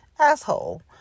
asshole